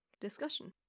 Discussion